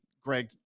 Greg